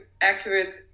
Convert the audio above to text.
accurate